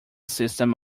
system